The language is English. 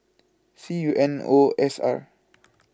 C U N O S R